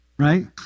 Right